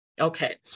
okay